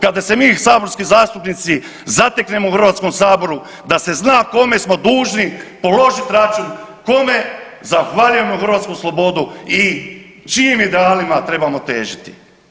Kada se mi saborski zastupnici zateknemo u Hrvatskom saboru da se zna kome smo dužni položiti račun, kome zahvaljujemo hrvatsku slobodu i čijim idealima trebamo težiti.